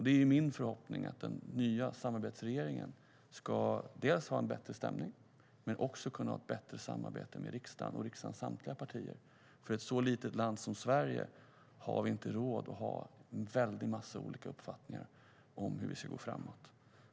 Det är min förhoppning att den nya samarbetsregeringen ska dels ha en bättre stämning, dels ha ett bättre samarbete med riksdagen och riksdagens samtliga partier. I ett så litet land som Sverige har vi inte råd att ha en väldig massa olika uppfattningar om hur vi ska gå framåt.